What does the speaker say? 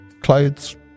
clothes